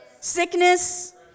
Sickness